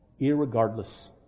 Irregardless